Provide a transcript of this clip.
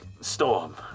Storm